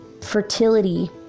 fertility